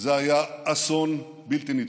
זה היה אסון בלתי נתפס,